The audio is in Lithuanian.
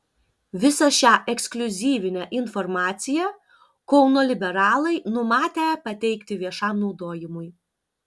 visą šią ekskliuzyvinę informaciją kauno liberalai numatę pateikti viešam naudojimui